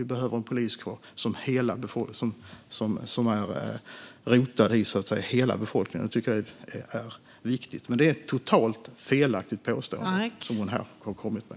Vi behöver en poliskår som är rotad i hela befolkningen. Det tycker jag är viktigt. Men det är ett totalt felaktigt påstående som Katja Nyberg här har kommit med.